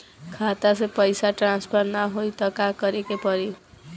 खाता से पैसा ट्रासर्फर न होई त का करे के पड़ी?